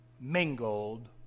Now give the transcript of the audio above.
mingled